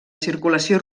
circulació